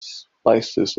spices